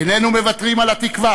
איננו מוותרים על התקווה